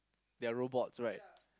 they are robots right